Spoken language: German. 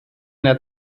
der